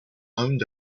owned